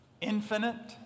infinite